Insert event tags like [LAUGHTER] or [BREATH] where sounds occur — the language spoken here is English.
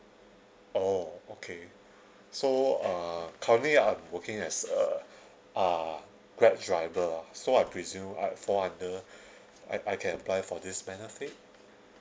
oh okay so uh currently I'm working as a uh grab driver ah so I presume I fall under [BREATH] I I can apply for this benefit